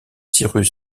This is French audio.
cyrus